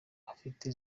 afite